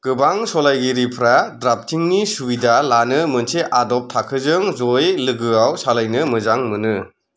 गोबां सलायगिरिफ्रा द्राफ्टिंनि सुबिधा लानो मोनसे आदब थाखोजों जयै लोगोआव सालायनो मोजां मोनो